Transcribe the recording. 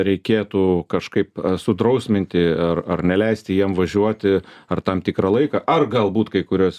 reikėtų kažkaip sudrausminti ar neleisti jiem važiuoti ar tam tikrą laiką ar galbūt kai kuriuos